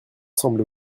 semble